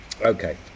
Okay